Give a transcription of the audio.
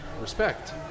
Respect